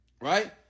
Right